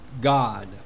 God